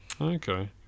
Okay